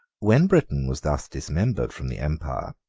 when britain was thus dismembered from the empire,